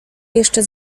jeszcze